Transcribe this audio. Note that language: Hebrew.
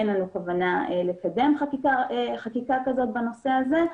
אין לנו כוונה לקדם חקיקה כזו בנושא הזה.